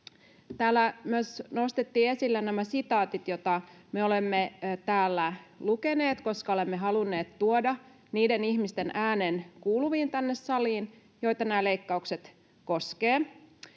Täällä myös nostettiin esille nämä sitaatit, joita me olemme täällä lukeneet, koska olemme halunneet tuoda kuuluviin tänne saliin niiden ihmisten äänen, joita nämä leikkaukset koskevat.